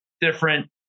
different